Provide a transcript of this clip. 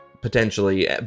potentially